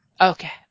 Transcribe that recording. Okay